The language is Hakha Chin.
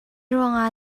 ruangah